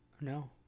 No